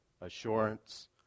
assurance